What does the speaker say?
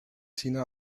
tina